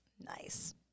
Nice